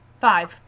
Five